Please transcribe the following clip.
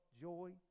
joy